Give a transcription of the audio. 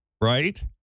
right